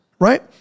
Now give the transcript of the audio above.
Right